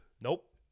Nope